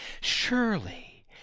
Surely